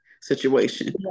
situation